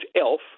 elf